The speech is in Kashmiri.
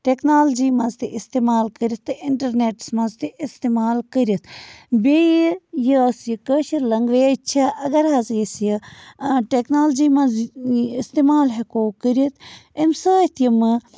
ٹٮ۪کنالجی منٛز تہِ استعمال کٔرِتھ تہٕ اِنٹَرنٮ۪ٹَس منٛز تہِ اِستعمال کٔرِتھ بیٚیہِ یۄس یہِ کٲشِر لنٛگویج چھےٚ اَگر حظ یُس یہِ ٹٮ۪کنالجی مںٛز اِستعمال ہٮ۪کو کٔرِتھ اَمہِ سۭتۍ یِمہٕ